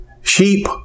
sheep